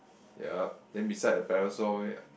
yup then beside the parasol wait